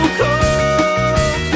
cold